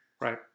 Right